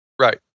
Right